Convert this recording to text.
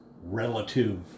relative